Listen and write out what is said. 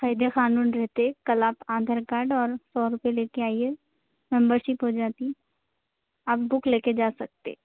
قاعدے قانون رہتے کل آپ آدھار کاڈ اور سو روپئے لے کے آئیے ممبر شپ ہو جاتی آپ بک لے کے جا سکتے